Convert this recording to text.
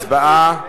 הצבעה.